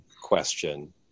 question